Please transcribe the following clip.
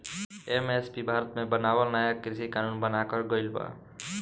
MSP Bharat मे बनावल नाया कृषि कानून बनाकर गइल बा